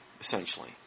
essentially